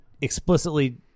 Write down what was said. explicitly